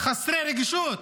חסרי רגישות.